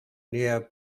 near